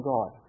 God